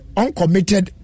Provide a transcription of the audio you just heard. uncommitted